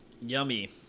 Yummy